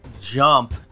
jump